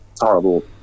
horrible